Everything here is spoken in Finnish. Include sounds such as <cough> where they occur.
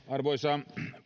<unintelligible> arvoisa